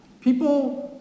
People